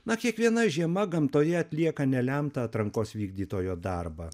na kiekviena žiema gamtoje atlieka nelemtą atrankos vykdytojo darbą